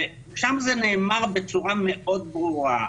שם זה נאמר בצורה מאוד ברורה,